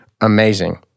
amazing